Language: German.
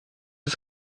ist